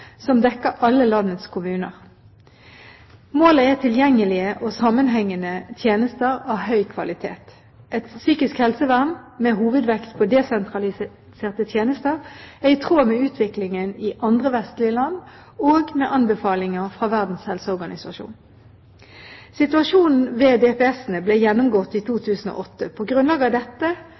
som dekker alle landets kommuner. Målet er tilgjengelige og sammenhengende tjenester av høy kvalitet. Et psykisk helsevern med hovedvekt på desentraliserte tjenester er i tråd med utviklingen i andre vestlige land og med anbefalinger fra Verdens helseorganisasjon. Situasjonen ved DPS-ene ble gjennomgått i 2008. På grunnlag av dette